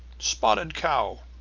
spotted cow,